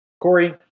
Corey